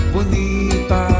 Bonita